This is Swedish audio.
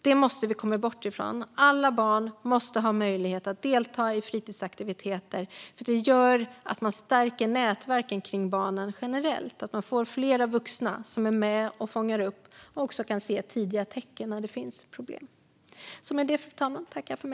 Det måste vi komma bort från. Alla barn måste ha möjlighet att delta i fritidsaktiviteter, för det gör att man stärker nätverken kring barnen generellt och att man får fler vuxna som är med och fångar upp dem och kan se tidiga tecken när det finns problem.